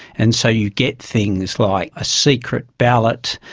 and so you get things like a secret ballot,